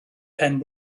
pen